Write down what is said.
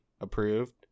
approved